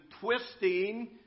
twisting